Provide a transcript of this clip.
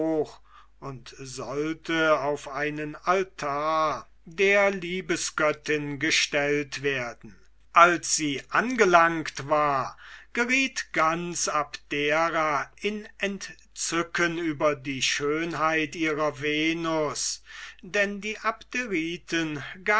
und sollte auf einen altar der liebesgöttin gestellt werden als sie angelangt war geriet ganz abdera in entzücken über die schönheit ihrer venus denn die